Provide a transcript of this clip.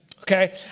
okay